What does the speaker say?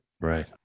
Right